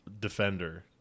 defender